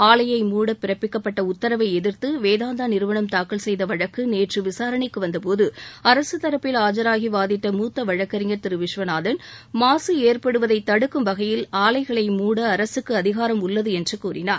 ஆலையை மூட பிறப்பிக்கப்பட்ட உத்தரவை எதிர்த்து வேதாந்த நிறுவனம் தாக்கல் செய்த வழக்கு நேற்று விசாரணைக்கு வந்தபோது அரசுத் தரப்பில் ஆஜராகி வாதிட்ட மூத்த வழக்கறிஞர் திரு விஸ்வநாதன் மாசு ஏற்படுவதை தடுக்கும் வகையில் ஆலைகளை மூட அரசுக்கு அதிகாரம் உள்ளது என்று கூறினார்